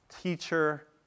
teacher